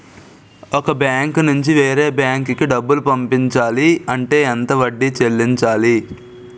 ఒక బ్యాంక్ నుంచి వేరే బ్యాంక్ కి డబ్బులు పంపించాలి అంటే ఎంత వడ్డీ చెల్లించాలి?